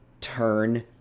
turn